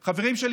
למה?